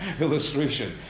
illustration